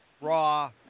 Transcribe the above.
Raw